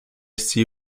see